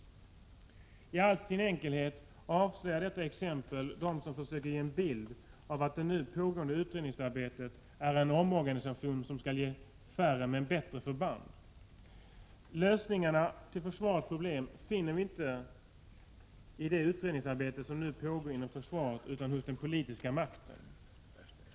I all sin enkelhet avslöjar detta exempel dem som försöker ge en bild av att det nu pågående utredningsarbetet gäller en omorganisation som skall ge färre men bättre förband. Lösningarna till försvarets problem finner vi inte i det utredningsarbete som nu pågår inom försvaret utan hos den politiska makten.